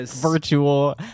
Virtual